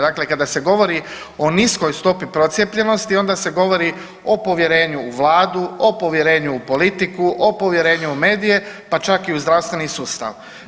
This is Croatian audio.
Dakle kada se govori o niskoj stopi procijepljenosti, onda se govori o povjerenju u Vladu, o povjerenju u politiku, o povjerenju u medije, pa čak i u zdravstveni sustav.